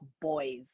boys